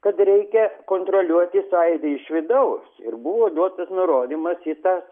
kad reikia kontroliuoti sąjūdį iš vidaus ir buvo duotas nurodymas į tą